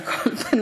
על כל פנים,